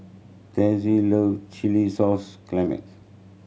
Trae love chilli sauce